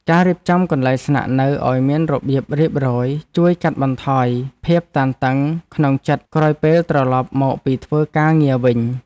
ការរៀបចំកន្លែងស្នាក់នៅឱ្យមានរបៀបរៀបរយជួយកាត់បន្ថយភាពតានតឹងក្នុងចិត្តក្រោយពេលត្រឡប់មកពីធ្វើការងារវិញ។